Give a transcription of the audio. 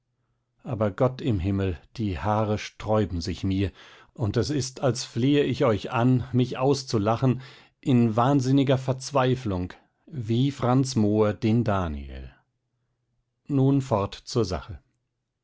aber gott im himmel die haare sträuben sich mir und es ist als flehe ich euch an mich auszulachen in wahnsinniger verzweiflung wie franz moor den daniel nun fort zur sache